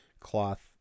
cloth